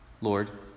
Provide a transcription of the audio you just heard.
Lord